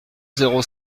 zéro